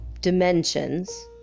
dimensions